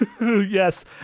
Yes